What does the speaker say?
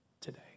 today